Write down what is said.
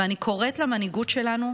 ואני קוראת למנהיגוּת שלנו,